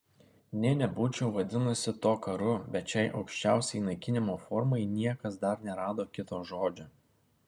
nė nebūčiau vadinusi to karu bet šiai aukščiausiai naikinimo formai niekas dar nerado kito žodžio